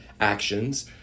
actions